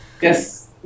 Yes